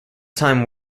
time